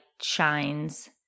shines